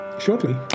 shortly